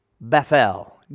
bethel